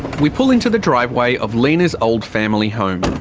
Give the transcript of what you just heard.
we pull into the driveway of lina's old family home.